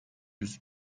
yüz